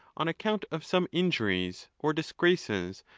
on account of some injuries, or disgraces,